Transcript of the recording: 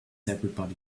everybody